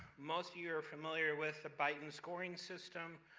most you are familiar with the beighton scoring system.